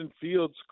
Fields